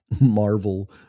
Marvel